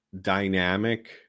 dynamic